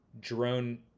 drone